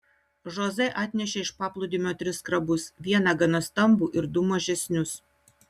žoze atnešė iš paplūdimio tris krabus vieną gana stambų ir du mažesnius